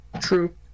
true